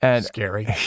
Scary